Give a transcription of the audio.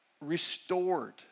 restored